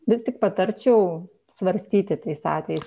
vis tik patarčiau svarstyti tais atvejais